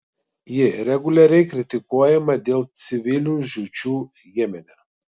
ji reguliariai kritikuojama dėl civilių žūčių jemene